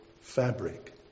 fabric